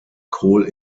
kohl